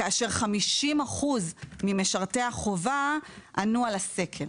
כאשר 50% ממשרתי החובה ענו על הסקר.